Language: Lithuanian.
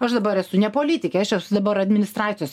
aš dabar esu ne politikė aš esu dabar administracijos